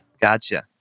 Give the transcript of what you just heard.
Gotcha